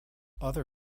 other